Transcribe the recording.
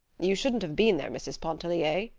you shouldn't have been there, mrs. pontellier,